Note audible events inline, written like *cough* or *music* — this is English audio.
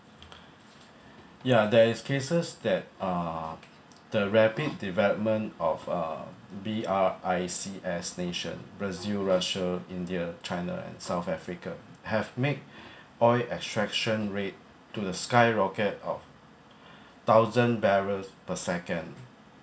ya there is cases that uh the rapid development of uh B_R_I_C_S nation brazil russia india china and south africa have make *breath* oil extraction rate to the sky rocket of *breath* thousand barrels per second